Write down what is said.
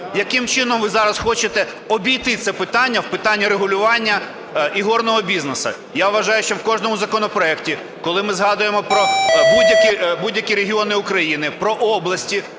Яким чином ви зараз хочете обійти це питання в питанні регулювання ігорного бізнесу? Я вважаю, що в кожному законопроекті, коли ми згадуємо про будь-які регіони України, про області,